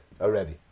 already